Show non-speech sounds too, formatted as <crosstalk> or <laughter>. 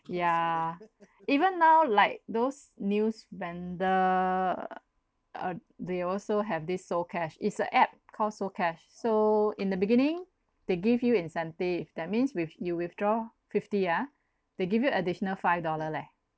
yeah even now like those news vendor <noise> uh they also have this socash is a app call socash so in the beginning they give you incentive that means with~ you withdraw fifty ah they give you additional five dollar leh